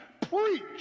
preach